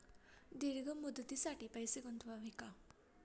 दीर्घ मुदतीसाठी पैसे गुंतवावे का?